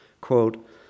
quote